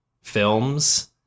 films